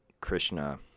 krishna